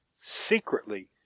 secretly